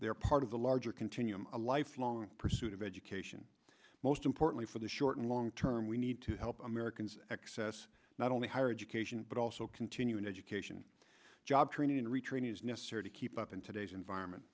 they are part of the larger continuum a lifelong pursuit of education most importantly for the short and long term we need to help americans access not only higher education but also continuing education job training and retraining is necessary to keep up in today's environment